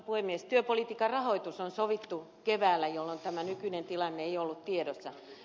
työpolitiikan rahoitus on sovittu keväällä jolloin tämä nykyinen tilanne ei ollut tiedossa